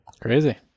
Crazy